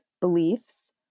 beliefs